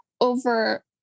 over